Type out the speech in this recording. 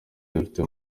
dufite